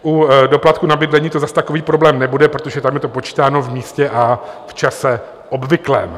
U doplatku na bydlení to zas takový problém nebude, protože tam je to počítáno vždycky v místě a v čase obvyklém.